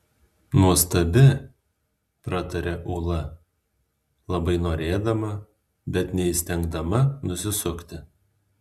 nuostabi prataria ūla labai norėdama bet neįstengdama nusisukti